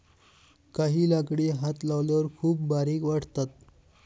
काही लाकडे हात लावल्यावर खूप बारीक वाटतात